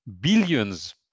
billions